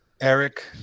Eric